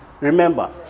remember